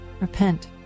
repent